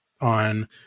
on